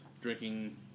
drinking